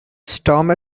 storm